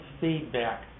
feedback